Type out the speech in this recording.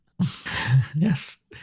yes